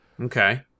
Okay